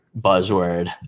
buzzword